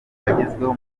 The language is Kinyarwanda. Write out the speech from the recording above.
bagezweho